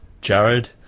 jared